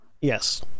Yes